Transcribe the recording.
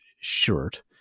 shirt